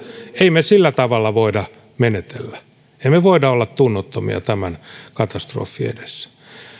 emme me sillä tavalla voi menetellä emme me voi olla tunnottomia tämän katastrofin edessä